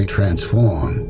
transform